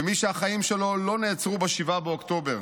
במי שהחיים שלו לא נעצרו ב-7 באוקטובר.